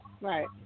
Right